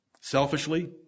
Selfishly